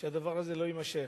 שהדבר הזה לא יימשך.